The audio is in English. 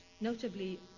notably